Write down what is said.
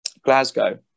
Glasgow